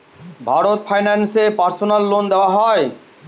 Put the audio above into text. Bharat finance এ personal loan দেওয়া হয়?